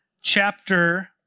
chapter